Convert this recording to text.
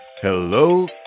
Hello